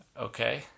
Okay